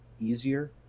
easier